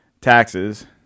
taxes